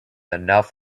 enough